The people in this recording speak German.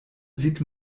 sieht